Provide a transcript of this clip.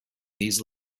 these